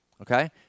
Okay